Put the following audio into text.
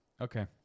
okay